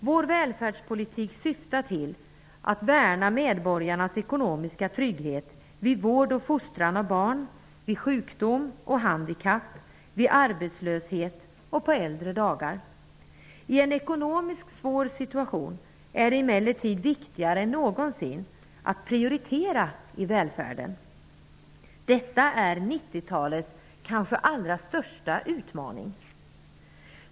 Vår välfärdspolitik syftar till att värna medborgarnas ekonomiska trygghet vid vård och fostran av barn, vid sjukdom och handikapp, vid arbetslöshet och på äldre dagar. I en ekonomiskt svår situation är det emellertid viktigare än någonsin att prioritera i välfärden. Detta är 90 talets kanske allra största utmaning.